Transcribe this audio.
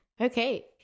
okay